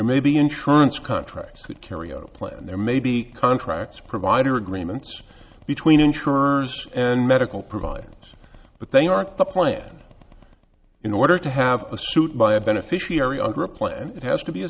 maybe insurance contracts could carry out a plan there may be contracts provider agreements between insurers and medical providers but they aren't the plan in order to have a suit by a beneficiary under a plan it has